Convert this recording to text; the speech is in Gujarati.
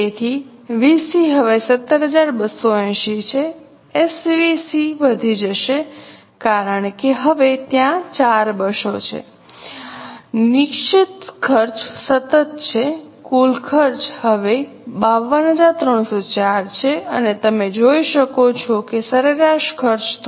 તેથી વીસી હવે 17280 છે એસવીસી વધી જશે કારણ કે હવે ત્યાં 4 બસો છે નિશ્ચિત ખર્ચ સતત છે કુલ ખર્ચ હવે 52304 છે અને તમે જોઈ શકો છો કે સરેરાશ ખર્ચ થોડો વધ્યો છે